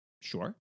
sure